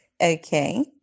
Okay